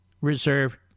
Reserve